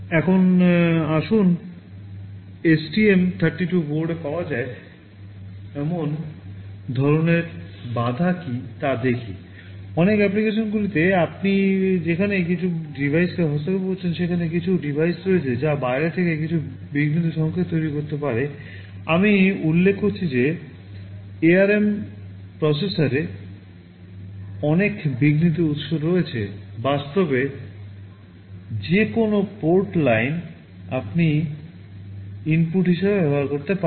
এখন আসুন এসটিএম 32 বোর্ডে পাওয়া যায় এমন ধরনের ইন্টারাপ্ট ইনপুট হিসাবে ব্যবহার করতে পারেন